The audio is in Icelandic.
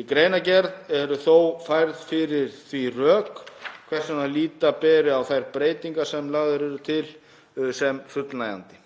Í greinargerð eru þó færð fyrir því rök hvers vegna líta beri á þær breytingar sem lagðar eru til sem fullnægjandi.